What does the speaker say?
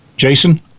Jason